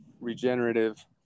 regenerative